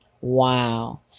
Wow